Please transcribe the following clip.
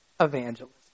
evangelist